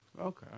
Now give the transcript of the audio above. Okay